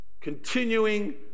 continuing